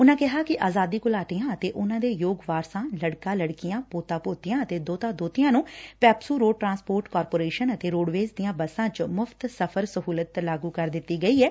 ਉਨਾਂ ਕਿਹਾ ਕਿ ਆਜ਼ਾਦੀ ਘੁਲਾਟੀਆ ਅਤੇ ਉਨਾਂ ਦੇ ਯੋਗ ਵਾਰਸਾਂ ਲੜਕਾ ਲੜਕੀਆਂ ਪੋਤਾ ਪੋਤੀਆਂ ਅਤੇ ਦੋਹਤਾ ਦੋਹਤੀਆਂ ਨੰ ਪੈਪਸੁ ਰੋਤ ਟਰਾਂਸਪੋਰਟ ਕਾਰਪੋਰੇਸ਼ਨ ਅਤੇ ਰੈਂਡਵੇਜ਼ ਦੀਆਂ ਬੱਸਾਂ ਚ ਮੁਫ਼ਤ ਸਫ਼ਰ ਸਹੁਲਤ ਲਾਗੁ ਕਰ ਦਿੱਤੀ ਗਈ ਐ